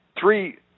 three